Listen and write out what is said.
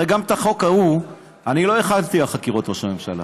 הרי גם את החוק ההוא אני לא החלתי על חקירות ראש הממשלה.